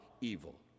evil